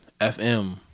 FM